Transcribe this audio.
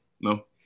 No